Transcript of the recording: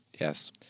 Yes